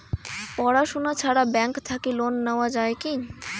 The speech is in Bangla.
পড়াশুনা ছাড়া ব্যাংক থাকি লোন নেওয়া যায় কি?